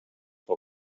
pel